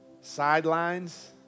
sidelines